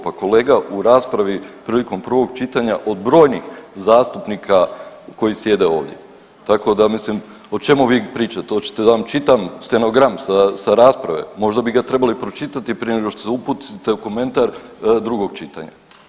Pa kolega u raspravi prilikom prvog čitanja od brojnih zastupnika koji sjede ovdje, tako da mislim o čemu vi pričate, oćete da vam čitam stenogram sa, sa rasprave, možda bi ga trebali pročitati prije nego što se uputite u komentar drugog čitanja.